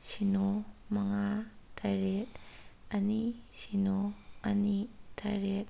ꯁꯤꯅꯣ ꯃꯉꯥ ꯇꯔꯦꯠ ꯑꯅꯤ ꯁꯤꯅꯣ ꯑꯅꯤ ꯇꯔꯦꯠ